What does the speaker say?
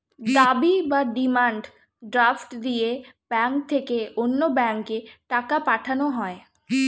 দাবি বা demand draft দিয়ে ব্যাংক থেকে অন্য ব্যাংকে টাকা পাঠানো হয়